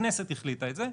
הכנסת החליטה את זה.